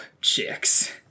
chicks